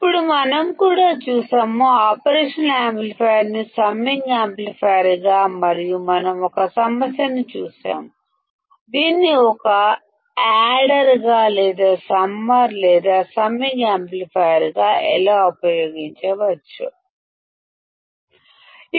అప్పుడు మనం ఆపరేషన్ యాంప్లిఫైయర్ను సమ్మింగ్ యాంప్లిఫైయర్గా కూడా చూశాము మరియు మనం ఒక సమస్యను చూశాము దీనిని ఒక యాడర్గా లేదా సమ్మర్ లేదా సమ్మింగ్ యాంప్లిఫైయర్గా ఎలా ఉపయోగించవచ్చో చూశాము